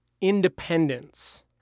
independence